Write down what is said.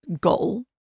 goal